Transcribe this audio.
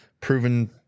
proven